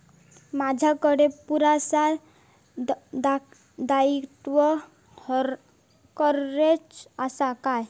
माजाकडे पुरासा दाईत्वा कव्हारेज असा काय?